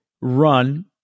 run